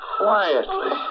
quietly